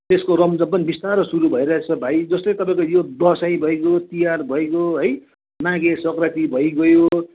त्यसको रमझम् पनि बिस्तारो सुरु भइरहेछ भाइ जस्तो तपाईँको यो दसैँ भइगयो तिहार भइगयो है माघे सङ्क्रान्ति भइगयो